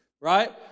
Right